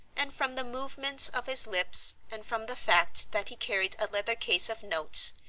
and from the movements of his lips and from the fact that he carried a leather case of notes,